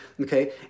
okay